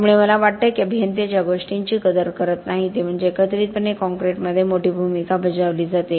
त्यामुळे मला वाटते की अभियंते ज्या गोष्टींची कदर करत नाहीत ती म्हणजे एकत्रितपणे कॉंक्रिटमध्ये मोठी भूमिका बजावली जाते